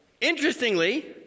Interestingly